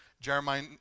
Jeremiah